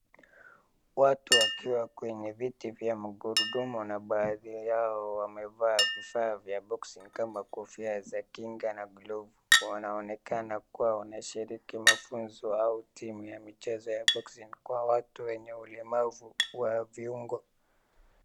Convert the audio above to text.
Watu wakiwa kwenye viti vya magurudumu na baadhi yao wamevaa vifaa vya boxing kama kofia za kinga na glovu wanaonekana kuwa wanashiriki mafunzo au timu ya boxing kwa watu wenye ulemavu wa viungo